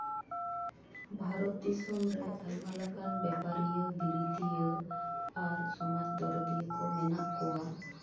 ᱵᱷᱟᱨᱚᱛ ᱫᱤᱥᱚᱢ ᱨᱮ ᱟᱭᱢᱟ ᱞᱮᱠᱟᱱ ᱵᱮᱯᱟᱨᱤᱭᱟᱹ ᱵᱤᱨᱤᱫᱤᱭᱟᱹ ᱟᱨ ᱥᱚᱢᱟᱡᱽ ᱫᱚᱨᱚᱫᱤᱭᱟᱹ ᱠᱚ ᱢᱮᱱᱟᱜ ᱠᱚᱣᱟ